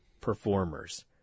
performers